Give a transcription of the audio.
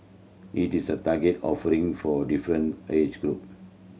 it is a targeted offering for different age group